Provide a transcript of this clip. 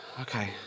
Okay